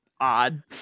odd